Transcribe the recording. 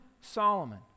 Solomon